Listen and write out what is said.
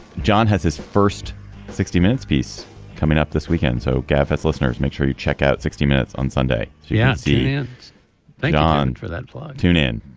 john has his first sixty minutes piece coming up this weekend so gabfest listeners make sure you check out sixty minutes on sunday yeah yeah they go on for that tune in